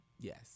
Yes